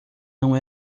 não